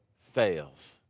fails